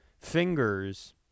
fingers